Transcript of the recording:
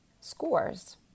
scores